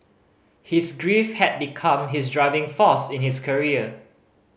his grief had become his driving force in his career